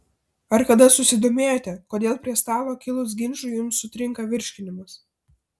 ar kada susidomėjote kodėl prie stalo kilus ginčui jums sutrinka virškinimas